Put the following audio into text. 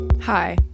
Hi